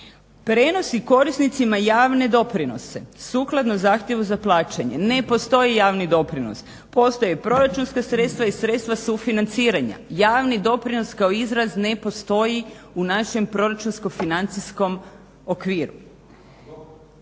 "prenosi korisnicima javne doprinose sukladno zahtjevu za plaćanje". Ne postoji javni doprinos, postoji proračunska sredstva i sredstva sufinanciranja. Javni doprinos kao izraz ne postoji u našem proračunsko-financijskom okviru.